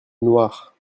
noire